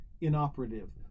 inoperative